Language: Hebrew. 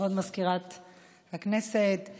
כבוד מזכירת הכנסת,